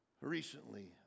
recently